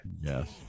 Yes